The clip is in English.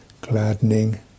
gladdening